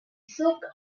silk